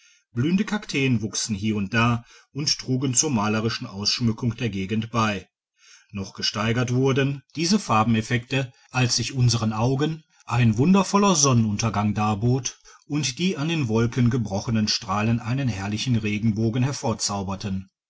blühende kakteen wuchsen hie und da und trugen zur malerischen ausschmückung der gegend bei noch gesteigert wurden digitized by google diese farbeneffekte als sich unseren augen ein wundervoller sonnenuntergang darbot und die an den wolken gebrochenen strahlen einen herrlichen regenbogen